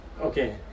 okay